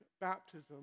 baptism